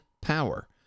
power